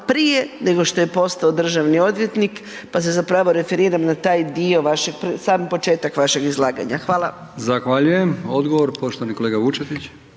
prije nego što je postao državni odvjetnik pa se zapravo referiram na taj dio vašeg, sam početak vašeg izlaganja, hvala. **Brkić, Milijan (HDZ)** Zahvaljujem. Odgovor, poštovani kolega Vučetić.